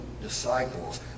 disciples